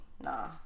Nah